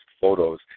photos